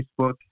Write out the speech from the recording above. Facebook